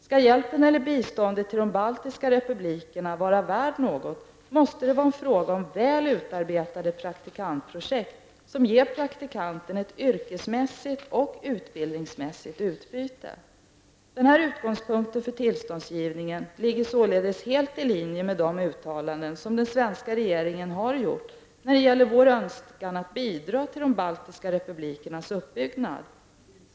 Skall hjälpen eller biståndet till de baltiska republikerna ha något värde, måste det vara fråga om väl utarbetade praktikantprojekt, som ger praktikanten ett yrkesmässigt och utbildningsmässigt utbyte. Denna utgångspunkt för tillståndsgivningen ligger således helt i linje med de uttalanden som den svenska regeringen har gjort när det gäller vår önskan att bidra till de baltiska republikernas uppbyggnad.